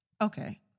Okay